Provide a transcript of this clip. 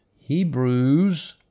Hebrews